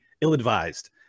ill-advised